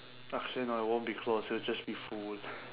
actually no it won't be closed it will just be full